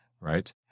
right